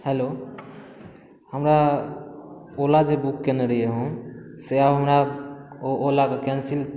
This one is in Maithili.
हेलो हमरा ओला जे बुक केने रहिए हम से आब हमरा ओ ओलाके कैन्सिल